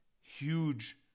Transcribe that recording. huge